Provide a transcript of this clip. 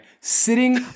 sitting